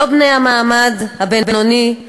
לא בני המעמד הבינוני,